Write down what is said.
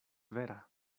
vera